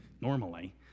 normally